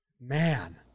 Man